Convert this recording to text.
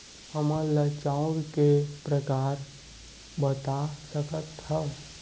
हमन ला चांउर के प्रकार बता सकत हव?